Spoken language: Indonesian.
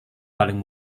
paling